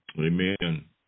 Amen